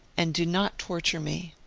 and do not torture me